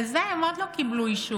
על זה הם עוד לא קיבלו אישור.